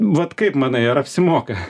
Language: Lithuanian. vat kaip manai ar apsimoka